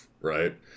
right